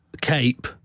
cape